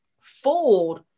fooled